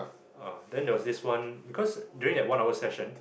uh then there was this one because during the one hour session